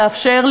לאפשר,